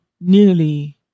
nearly